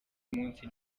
munsi